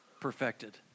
perfected